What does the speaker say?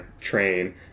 train